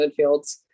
midfields